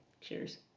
Cheers